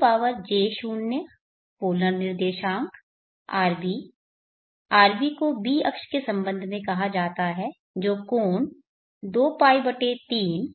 raej0 polar निर्देशांक rb rb को b अक्ष के संबंध में कहा जाता है जो कोण 2π 3